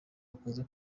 akunze